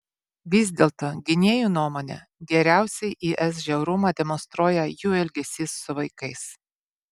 vis dėlto gynėjų nuomone geriausiai is žiaurumą demonstruoja jų elgesys su vaikais